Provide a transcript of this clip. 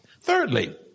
Thirdly